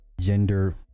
gender